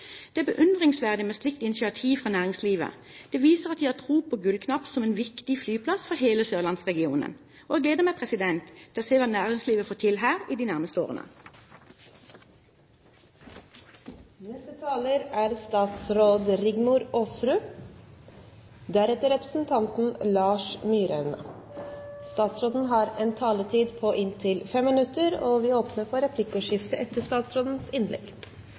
Det er beundringsverdig med slikt initiativ fra næringslivet. Det viser at de har tro på Gullknapp som en viktig flyplass for hele sørlandsregionen. Jeg gleder meg til å se hva næringslivet får til her, i de nærmeste årene. Norge har en spesielt gunstig økonomisk posisjon. Det gjør at vi må være svært bevisste på å effektivisere forvaltningen og fornye offentlig sektor. Om få år møter vi